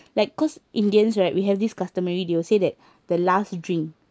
like cause indians right we have this customary they will say that the last drink